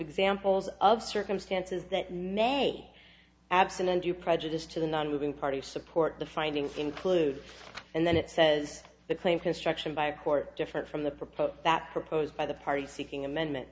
examples of circumstances that may abstinent you prejudice to the nonmoving party support the finding includes and then it says the claim construction by a court different from the proposed that proposed by the party seeking amendment